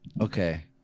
okay